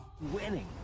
Winning